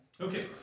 okay